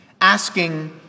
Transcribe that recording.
asking